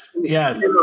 Yes